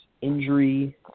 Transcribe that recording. injury